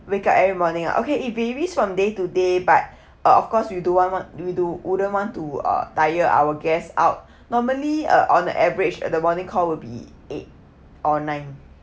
wake up every morning uh okay it varies from day to day but uh of course we don't want want we do wouldn't want to uh tire our guests out normally uh on the average at the morning call will be eight or nine